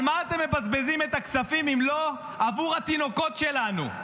על מה אתם מבזבזים את הכספים אם לא עבור התינוקות שלנו,